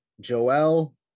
Joel